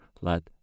let